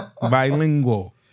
Bilingual